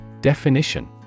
Definition